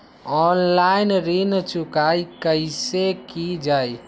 Online ऋण चुकाई कईसे की ञाई?